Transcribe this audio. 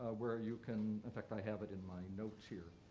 ah where you can, in fact, i have it in my notes here,